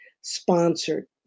sponsored